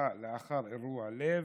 לאחר אירוע לב,